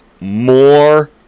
more